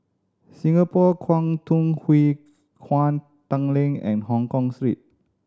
Singapore Kwangtung Hui Kuan Tanglin and Hongkong Street